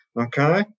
Okay